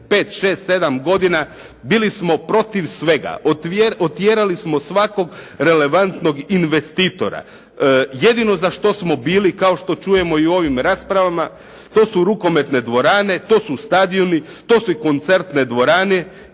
5, 6, 7 godina bili smo protiv svega. Otjerali smo svakog relevantnog investitora, jedino za što smo bili, kao što čujemo i u ovim raspravama, to su rukometne dvorane, to su stadioni, to su koncertne dvorane